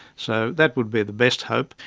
so that would be the best hope.